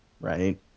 right